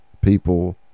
people